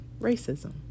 Racism